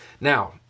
Now